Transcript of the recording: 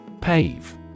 Pave